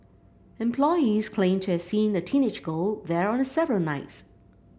employees claimed to have seen a teenage girl there on several nights